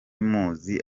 muzi